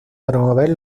promover